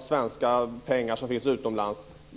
svenska kronor som finns utomlands.